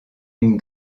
une